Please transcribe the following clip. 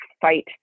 fight